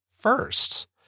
first